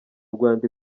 rwanda